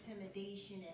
intimidation